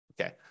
Okay